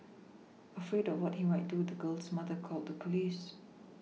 afraid of what he might do the girl's mother called the police